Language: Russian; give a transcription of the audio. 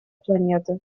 планеты